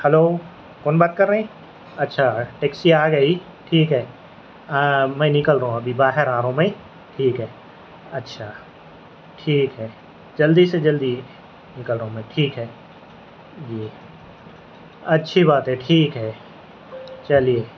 hello کون بات کر رہے اچھا ٹیکسی آ گئی ٹھیک ہے میں نکل رہا ہوں ابھی باہر آ رہا ہوں میں ٹھیک ہے اچھا ٹھیک ہے جلدی سے جلدی نکل رہا ہوں میں ٹھیک ہے جی اچھی بات ہے ٹھیک ہے چلیے